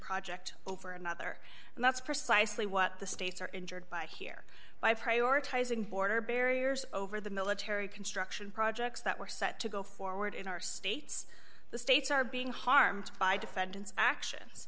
project over another and that's precisely what the states are injured by here by prioritizing border barriers over the military construction projects that were set to go forward in our states the states are being harmed by defendant's actions